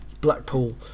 Blackpool